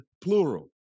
plural